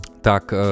Tak